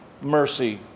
Mercy